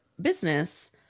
business